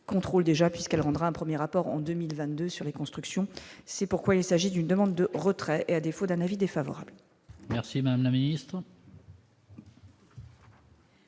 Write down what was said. contrôle déjà puisqu'elle rendra un 1er rapport en 2022 sur les constructions, c'est pourquoi il s'agit d'une demande de retrait et à défaut d'un avis défavorable. Merci madame la ministre.